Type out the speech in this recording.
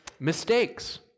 mistakes